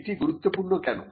এটি গুরুত্বপূর্ণ কেন